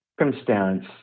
circumstance